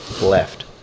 left